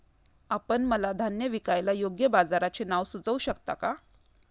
आपण मला धान्य विकायला योग्य बाजाराचे नाव सुचवू शकता का?